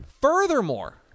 Furthermore